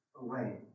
away